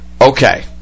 Okay